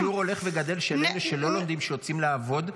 את רואה גם שיעור גדול של אלה שלא לומדים שיוצאים לעבוד,